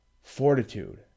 fortitude